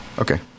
Okay